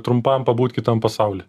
trumpam pabūt kitam pasauly